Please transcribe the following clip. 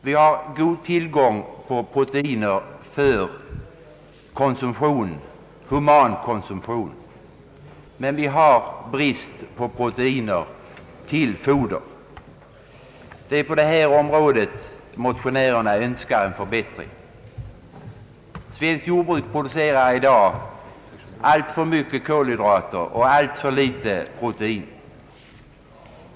Vi har god tillgång på proteiner för human konsumtion, men vi har brist på proteiner för foder. Det är på detta område motionärerna önskar en förbättring. Svenskt jordbruk producerar i dag alltför mycket kolhydrater och alltför litet protein.